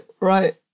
right